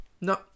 No